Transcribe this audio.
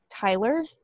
Tyler